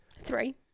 Three